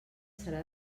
serà